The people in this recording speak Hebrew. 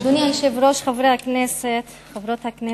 אדוני היושב-ראש, חברי הכנסת, חברות הכנסת,